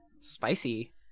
Spicy